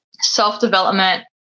self-development